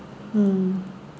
mm